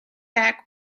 deck